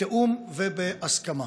בתיאום ובהסכמה.